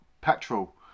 petrol